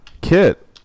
Kit